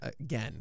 again